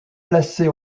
placée